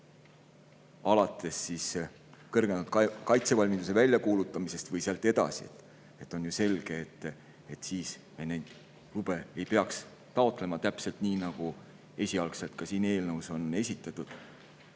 alates kõrgendatud kaitsevalmiduse väljakuulutamisest või sealt edasi. On ju selge, et siis neid lube ei peaks taotlema, täpselt nii, nagu esialgu ka siin eelnõus oli esitatud.